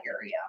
area